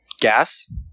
gas